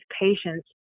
patients